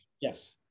Yes